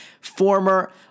former